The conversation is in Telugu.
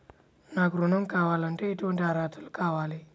నాకు ఋణం కావాలంటే ఏటువంటి అర్హతలు కావాలి?